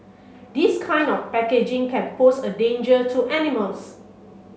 this kind of packaging can pose a danger to animals